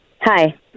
Hi